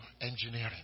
engineering